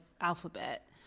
alphabet